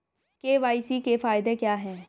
KYC के फायदे क्या है?